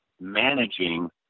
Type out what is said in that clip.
managing